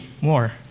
more